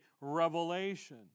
revelation